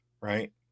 right